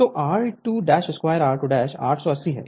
तो I22r2880 है